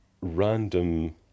random